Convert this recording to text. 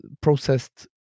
processed